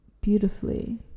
beautifully